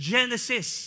Genesis